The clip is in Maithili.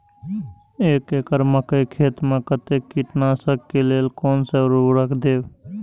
एक एकड़ मकई खेत में कते कीटनाशक के लेल कोन से उर्वरक देव?